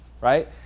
right